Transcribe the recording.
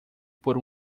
por